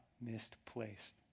misplaced